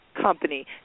company